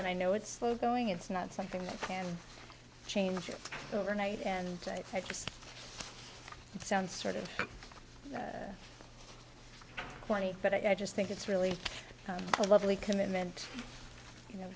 and i know it's slow going it's not something that can change your overnight and i just sound sort of corny but i just think it's really a lovely commitment you know